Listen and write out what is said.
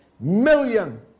million